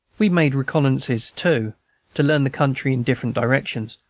we made reconnoissances, too, to learn the country in different directions,